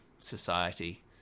society